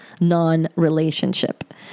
non-relationship